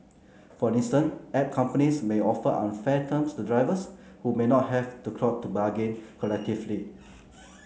for instance app companies may offer unfair terms to drivers who may not have the clout to bargain collectively